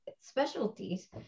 specialties